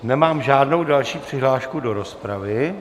Nemám žádnou další přihlášku do rozpravy...